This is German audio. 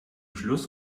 schluss